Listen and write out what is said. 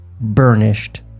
burnished